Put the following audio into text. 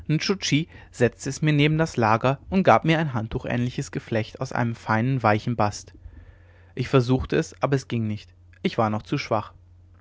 setzte es mir neben das lager und gab mir ein handtuchähnliches geflecht aus feinem weichem bast ich versuchte es aber es ging nicht ich war noch zu schwach